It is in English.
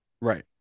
right